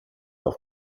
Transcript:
auf